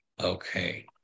Okay